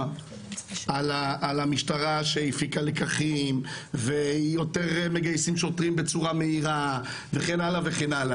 על המשטרה שהפיקה לקחים ומגייסים יותר שוטרים בצורה מהירה וכן הלאה.